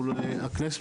מול הכנסת,